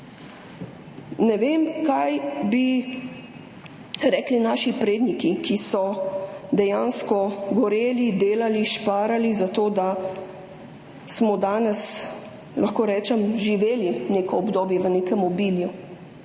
Ne vem, kaj bi rekli naši predniki, ki so dejansko goreli, delali, šparali za to, da smo danes, lahko rečem, živeli neko obdobje, v nekem obilju.